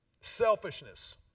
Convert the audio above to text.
selfishness